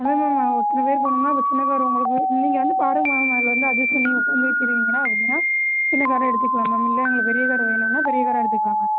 அதான் மேம் அத்தனை பேர் போவணும்னா அப்போ சின்ன கார் உங்களுக்கு நீங்கள் வந்து பாருங்கள் மேம் அதில் வந்து அட்ஜஸ்ட் பண்ணி உட்காந்துக்கிறீங்கனா அப்படினா சின்ன காரே எடுத்துக்கலாம் மேம் இல்லை எங்களுக்கு பெரிய கார் வேணும்ன்னா பெரிய காராக எடுத்துக்கலாம் மேம்